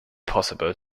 possible